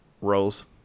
roles